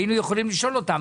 היינו יכולים לשאול אותם,